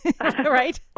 right